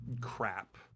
crap